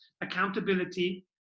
accountability